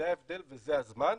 זה ההבדל וזה הזמן.